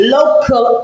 Local